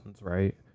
right